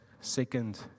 second